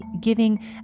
giving